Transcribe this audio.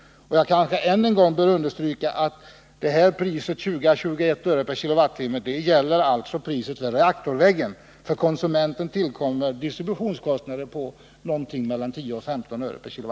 Jag bör kanske än en gång understryka att priset 20-21 öre kWh.